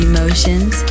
Emotions